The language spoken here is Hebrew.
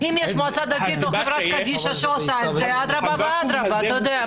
אם המועצה הדתית או החברה קדישא עושים את זה במצב שאף אחד לא מתעסק בזה,